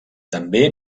també